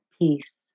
peace